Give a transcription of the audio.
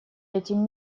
этим